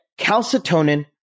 calcitonin